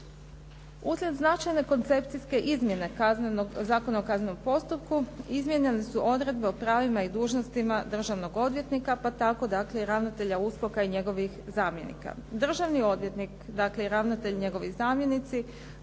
Uslijed značajne koncepcijske izmjene Zakona o kaznenom postupku izmijenjene su odredbe o pravima i dužnostima državnog odvjetnika pa tako dakle i ravnatelja USKOK-a i njegovih zamjenika. Državni odvjetnik dakle i ravnatelj i njegovi zamjenici